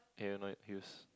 can you not use